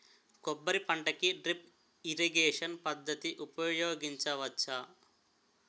కొబ్బరి పంట కి డ్రిప్ ఇరిగేషన్ పద్ధతి ఉపయగించవచ్చా?